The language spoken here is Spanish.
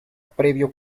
previo